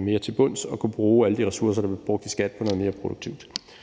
mere til bunds og kunne bruge alle de ressourcer, der bliver brugt i skattevæsenet, på noget mere produktivt.